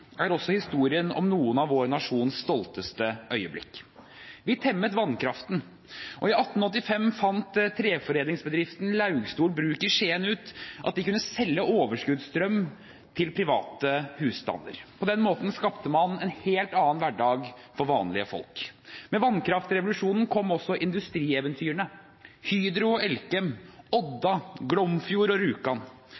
er også historien om noen av vår nasjons stolteste øyeblikk. Vi temmet vannkraften, og i 1885 fant treforedlingsbedriften Laugstol Bruk i Skien ut at de kunne selge overskuddsstrøm til private husstander. På den måten skapte man en helt annen hverdag for vanlige folk. Med vannkraftrevolusjonen kom også industrieventyrene: Hydro og Elkem, Odda, Glomfjord og